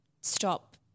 stop